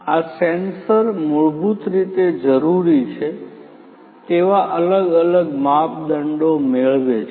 આ સેન્સર મૂળભૂત રીતે જરૂરી છે તેવા અલગ અલગ માપદંડો મેળવે છે